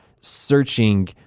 searching